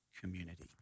community